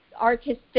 artistic